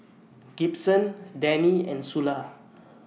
Gibson Dannie and Sula